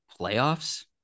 playoffs